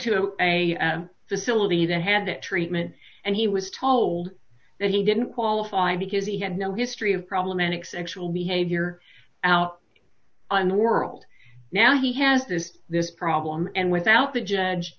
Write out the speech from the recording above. facility that had that treatment and he was told that he didn't qualify because he had no history of problematic sexual behavior out on the world now he has has this problem and without the judge